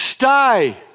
Stay